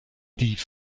die